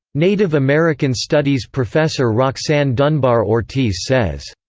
native american studies professor roxanne dunbar-ortiz says,